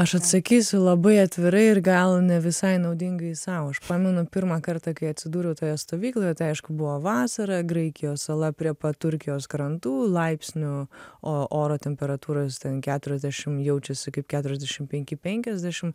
aš atsakysiu labai atvirai ir gal nevisai naudingai sau aš pamenu pirmą kartą kai atsidūriau toje stovykloje tai aišku buvo vasara graikijos sala prie pat turkijos krantų laipsnių oro temperatūros ten keturiasdešimt jaučiasi kaip keturiasdešimt penki penkiasdešimt